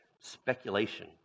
speculation